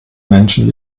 menschen